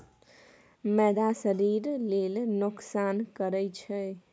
मैदा शरीर लेल नोकसान करइ छै